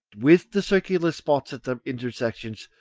with the circular spots at their intersections,